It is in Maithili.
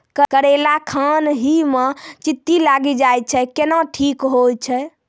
करेला खान ही मे चित्ती लागी जाए छै केहनो ठीक हो छ?